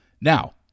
Now